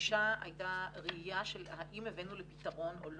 הגישה הייתה ראייה של האם הבאנו לפתרון או לא.